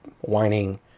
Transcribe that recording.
whining